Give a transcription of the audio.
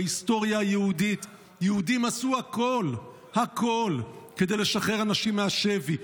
בהיסטוריה היהודית יהודים עשו הכול כדי לשחרר אנשים מהשבי.